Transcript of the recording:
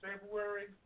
February